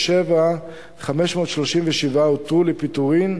537 הותרו לפיטורין,